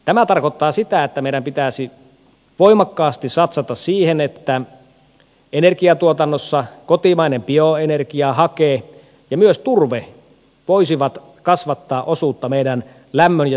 tämä tarkoittaa sitä että meidän pitäisi voimakkaasti satsata siihen että energiantuotannossa kotimainen bioenergia hake ja myös turve voisi kasvattaa osuutta meidän lämmön ja sähkön tuotannossa